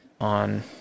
on